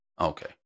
Okay